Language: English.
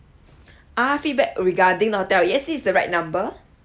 ah feedback regarding the hotel yes this is the right number